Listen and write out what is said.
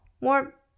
more